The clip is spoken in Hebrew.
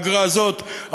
האגרה הזאת.